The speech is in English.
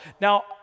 Now